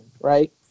right